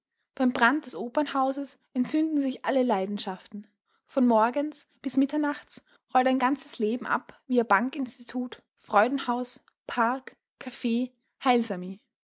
beim brand des opernhauses entzünden sich alle leidenschaften von morgens bis mitternachts rollt ein ganzes leben ab via bankinstitut freudenhaus park caf heilsarmee